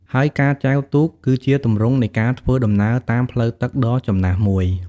ហើយការចែវទូក គឺជាទម្រង់នៃការធ្វើដំណើរតាមផ្លូវទឹកដ៏ចំណាស់មួយ។